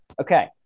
Okay